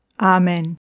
Amen